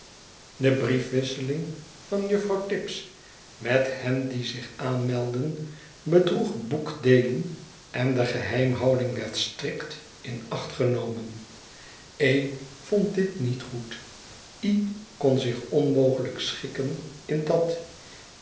de briefwisseling van juffrouw tibbs met hen die zich aanmeldden bedroeg boekdeelen en de geheimhouding werd strikt in acht genomen e vond dit niet goed kon zich onmogelijk schikken in dat